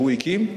שהוא הקים,